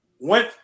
went